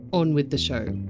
on with the show